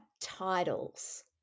titles